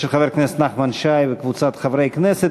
של חבר הכנסת נחמן שי וקבוצת חברי הכנסת.